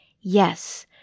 yes